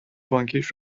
بانکیش